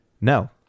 no